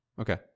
okay